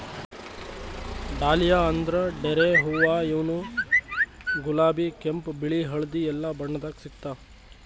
dahlia ಅಂದ್ರ ಡೇರೆ ಹೂವಾ ಇವ್ನು ಗುಲಾಬಿ ಕೆಂಪ್ ಬಿಳಿ ಹಳ್ದಿ ಎಲ್ಲಾ ಬಣ್ಣದಾಗ್ ಸಿಗ್ತಾವ್